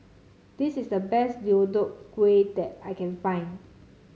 this is the best Deodeok Gui that I can find